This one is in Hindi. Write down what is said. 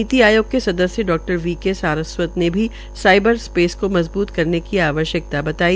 नीति आयोग के सदस्य डा बी के सारस्वत ने भी साईबर रूपेस को मजबूत करने की आवश्यकता बताई